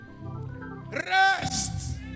Rest